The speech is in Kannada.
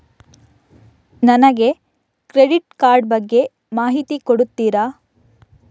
ನನಗೆ ಕ್ರೆಡಿಟ್ ಕಾರ್ಡ್ ಬಗ್ಗೆ ಮಾಹಿತಿ ಕೊಡುತ್ತೀರಾ?